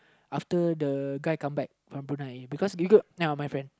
after the the guy come back from Brunei because legal ya my friend